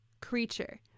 creature